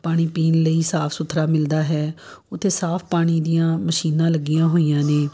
ਪਾਣੀ ਪੀਣ ਲਈ ਸਾਫ ਸੁਥਰਾ ਮਿਲਦਾ ਹੈ ਉੱਥੇ ਸਾਫ ਪਾਣੀ ਦੀਆਂ ਮਸ਼ੀਨਾਂ ਲੱਗੀਆਂ ਹੋਈਆਂ ਨੇ